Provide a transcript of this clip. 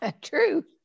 true